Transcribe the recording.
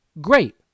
Great